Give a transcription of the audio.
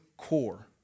core